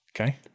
Okay